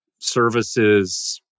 services